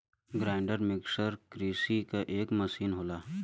grinder mixer कृषि क एक मसीन होला